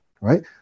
Right